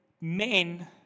men